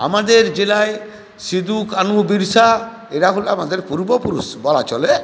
আমাদের জেলায় সিধু কানু বিরসা এরা হল আমাদের পূর্বপুরুষ বলা চলে